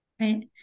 Right